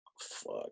fuck